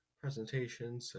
presentation